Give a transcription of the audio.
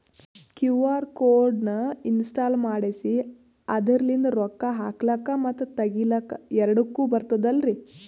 QR code ನ install ಮಾಡೆಸಿ ಅದರ್ಲಿಂದ ರೊಕ್ಕ ಹಾಕ್ಲಕ್ಕ ಮತ್ತ ತಗಿಲಕ ಎರಡುಕ್ಕು ಬರ್ತದಲ್ರಿ?